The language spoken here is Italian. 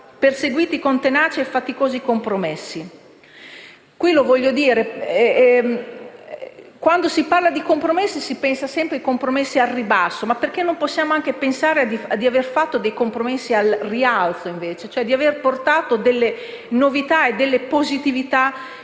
perseguiti con tenacia e faticosi compromessi. Vorrei dire che quando si parla di compromessi si pensa sempre che siano al ribasso, mi chiedo però perché non possiamo invece pensare di aver fatto dei compromessi al rialzo, cioè di aver portato delle novità e delle positività